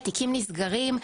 תיקים נסגרים,